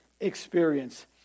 experience